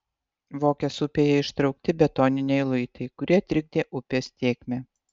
vokės upėje ištraukti betoniniai luitai kurie trikdė upės tėkmę